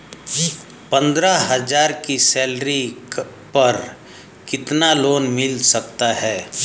पंद्रह हज़ार की सैलरी पर कितना लोन मिल सकता है?